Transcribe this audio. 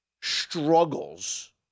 struggles